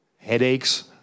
Headaches